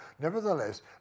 nevertheless